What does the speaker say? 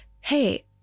hey